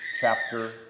chapter